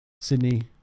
Sydney